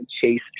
Chase